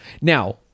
Now